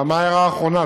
על מה ההערה האחרונה?